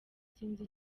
sinzi